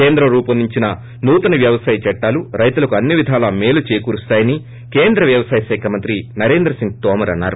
కేంద్రం రూపొందించన నూతన వ్యవసాయ చట్లాలు రైతులకు అన్ని విధాల మేలు చేకూరుస్తాయని కేంద్ర వ్యవసాయ శాఖ మంత్రి నరేంద్ర సింగ్ తోమర్ అన్నారు